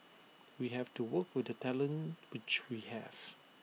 we have to work with the talent which we have